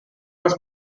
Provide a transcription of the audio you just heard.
was